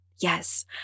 Yes